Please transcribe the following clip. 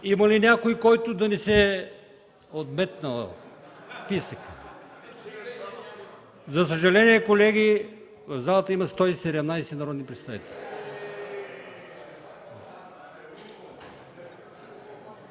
Има ли някой, който да не се е отметнал? (Реплики. Смях.) За съжаление, колеги, в залата има 117 народни представители.